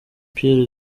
pierre